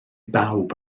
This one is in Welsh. bawb